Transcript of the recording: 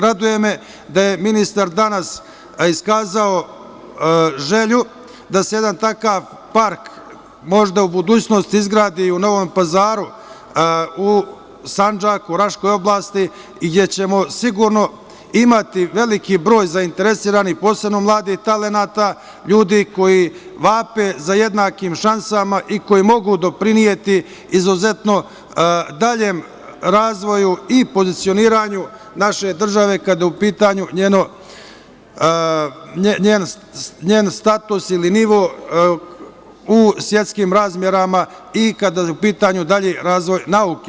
Raduje me da je ministar danas iskazao želju da se jedan takav park možda u budućnosti izgradi i u Novom Pazaru, u Sandžaku, Raškoj oblasti, gde ćemo, sigurno, imati veliki broj zainteresovanih, posebno mladih talenata, ljudi koji vape za jednakim šansama i koji mogu doprineti izuzetno daljem razvoju i pozicioniranju naše države kada je u pitanju njen status ili nivo u svetskim razmerama i kada je u pitanju dalji razvoj nauke.